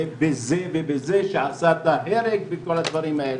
ובזה שעשה את ההרג וכל הדברים האלה.